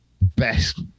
best